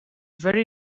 very